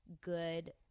good